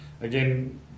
again